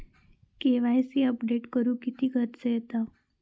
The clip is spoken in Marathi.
के.वाय.सी अपडेट करुक किती खर्च येता?